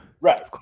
Right